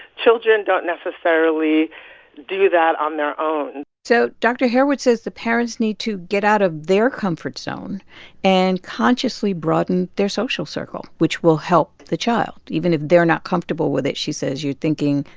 children don't necessarily do that on their own so dr. harewood says the parents need to get out of their comfort zone and consciously broaden their social circle, which will help the child even if they're not comfortable with it. she says, you're thinking,